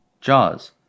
jaws